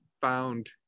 found